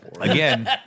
again